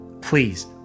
please